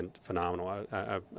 phenomenal